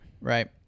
Right